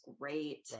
great